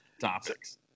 topics